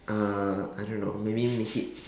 uh I don't know maybe make it